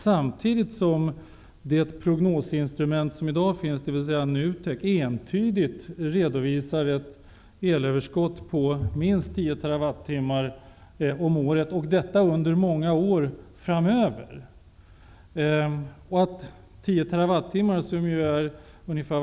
Samtidigt redovisar prognosinstrumentet NUTEK entydigt att vi under många år framöver kommer att ha ett elöverskott på minst tio TWh om året. Tio TWh motsvarar elproduktionen från två mindre reaktorer.